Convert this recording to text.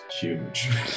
huge